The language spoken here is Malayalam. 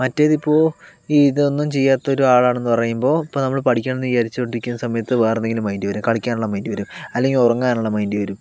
മറ്റേതിപ്പോൾ ഈ ഇതൊന്നും ചെയ്യാത്ത ഒരാളാണ് എന്ന് പറയുമ്പോൾ ഇപ്പോൾ നമ്മൾ പഠിക്കണമെന്ന് വിചാരിച്ച് കൊണ്ടിരിക്കുന്ന സമയത്ത് വേറെ എന്തെങ്കിലും മൈൻഡ് വരും കളിക്കാനുള്ള മൈൻഡ് വരും അല്ലെങ്കിൽ ഉറങ്ങാനുള്ള മൈൻഡ് വരും